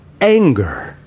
anger